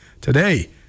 today